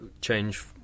change